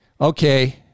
Okay